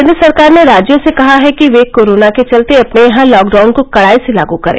केंद्र सरकार ने राज्यों से कहा है कि वे कोरोना के चलते अपने यहां लॉकडाउन को कड़ाई से लागू करें